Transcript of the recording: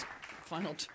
final